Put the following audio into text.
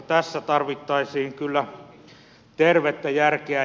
tässä tarvittaisiin kyllä tervettä järkeä